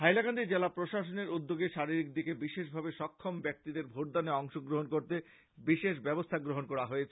হাইলাকান্দিফ জেলা প্রশাসনের উদ্যোগে শারিরীক দিকে বিশেষভাবে সক্ষম ব্যাক্তিদের ভোটদানে অংশ গ্রহন করতে বিশেষ ব্যবস্থা গ্রহন করা হয়েছে